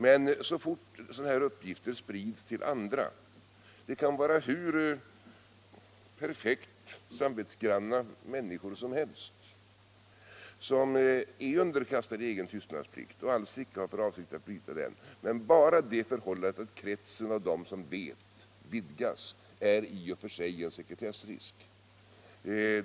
Men så fort kretsen vidgas och sådana här uppgifter sprids till andra — det kan vara hur perfekt samvetsgranna människor som helst som är underkastade egen tystnadsplikt och alls icke har för avsikt att bryta den — är det i och för sig en sekretessrisk.